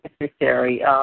necessary